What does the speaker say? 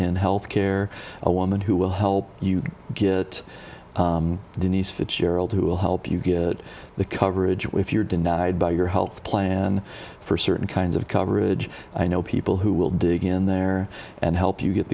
in health care a woman who will help you get denise fitzgerald who will help you get the coverage with you're denied by your health plan for certain kinds of coverage i know people who will dig in there and help you get